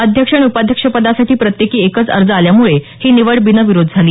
अध्यक्ष आणि उपाध्यक्षपदासाठी प्रत्येकी एकच अर्ज आल्यामुळं ही निवड बिनविरोध झाली